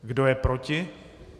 Kdo je proti?